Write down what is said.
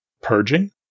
Purging